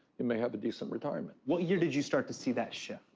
you may have a decent retirement. what year did you start to see that shift?